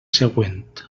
següent